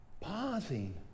pausing